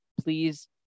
please